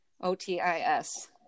O-T-I-S